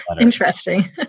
Interesting